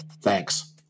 Thanks